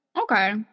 okay